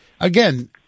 again